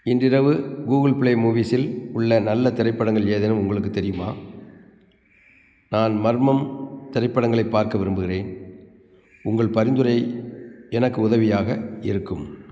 இன்று இரவு Google Play மூவீஸில் உள்ள நல்ல திரைப்படங்கள் ஏதேனும் உங்களுக்குத் தெரியுமா நான் மர்மம் திரைப்படங்களை பார்க்க விரும்புகிறேன் உங்கள் பரிந்துரை எனக்கு உதவியாக இருக்கும்